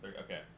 okay